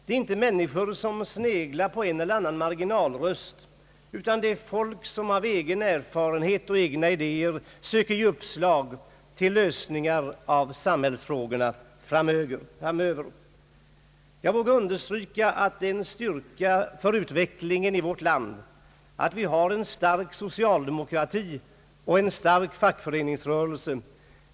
Det är inte människor som sneglar på en eller annan marginalröst, utan det är folk som av egen erfarenhet och med egna idéer söker ge uppslag till lösning av samhällsfrågorna. Jag vågar understryka att det är en styrka för utvecklingen i vårt land att vi har en stark socialdemokrati och en stark fackföreningsrörelse.